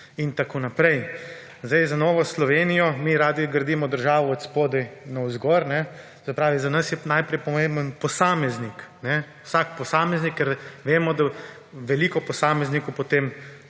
in tako naprej. Zdaj, za Novo Slovenijo, mi radi gradimo državo od spodaj navzgor. Se pravi, za nas je najprej pomemben posameznik, vsak posameznik, ker vemo, da veliko posameznikov potem